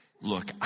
look